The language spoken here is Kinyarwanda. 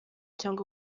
cyangwa